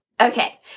Okay